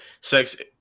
sex